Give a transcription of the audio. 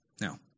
Now